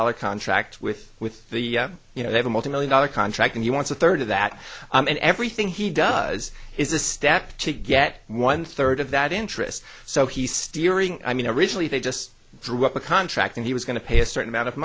dollar contract with with the you know they have a multimillion dollar contract and he wants a third of that and everything he does is a step to get one third of that interest so he's steering i mean originally they just drew up a contract and he was going to pay a certain amount of